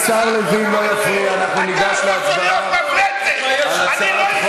אנחנו ניגש להצבעה על הצעת החוק.